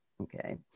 Okay